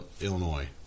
Illinois